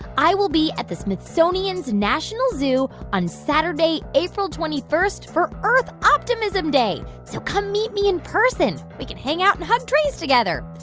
i will be at the smithsonian's national zoo on saturday, april twenty one for earth optimism day. so come meet me in person. we can hang out and hug trees together.